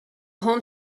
home